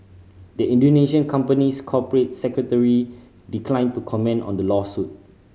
the Indonesian company's corporate secretary declined to comment on the lawsuit